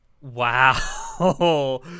Wow